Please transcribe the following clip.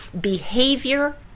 behavior